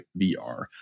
VR